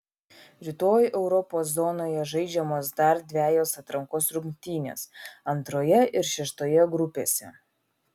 rytoj europos zonoje žaidžiamos dar dvejos atrankos rungtynės antroje ir šeštoje grupėse